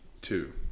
two